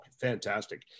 fantastic